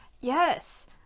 Yes